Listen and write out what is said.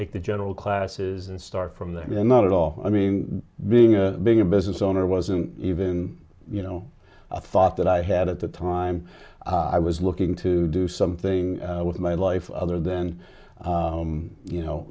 take the general classes and start from the not at all i mean being a bigger business owner wasn't even you know i thought that i had at the time i was looking to do something with my life other than you know